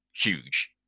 huge